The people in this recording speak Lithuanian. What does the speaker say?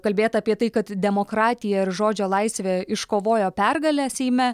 kalbėta apie tai kad demokratija ir žodžio laisvė iškovojo pergalę seime